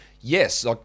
yes